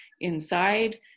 inside